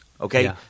Okay